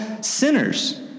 sinners